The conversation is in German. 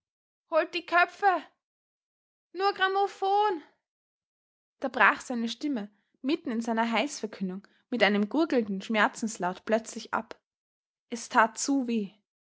holt die köpfe nur grammophon da brach seine stimme mitten in seiner heilsverkündung mit einem gurgelnden schmerzenslaut plötzlich ab es tat zu weh